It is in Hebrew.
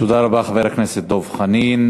תודה רבה לחבר הכנסת דב חנין.